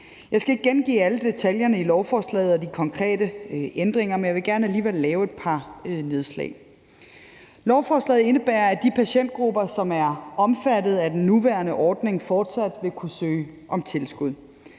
Jeg skal ikke gengive alle detaljerne i lovforslaget og de konkrete ændringer, men jeg vil alligevel gerne lave et par nedslag. Lovforslaget indebærer, at de patientgrupper, som er omfattet af den nuværende ordning, fortsat vil kunne søge om tilskud,